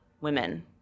women